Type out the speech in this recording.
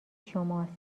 شماست